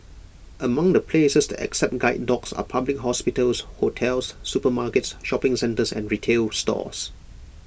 among the places that accept guide dogs are public hospitals hotels supermarkets shopping centres and retail stores